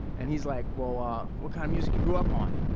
and he's like, well, ah, what kind of music you grew up on?